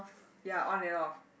ya on and off